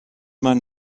man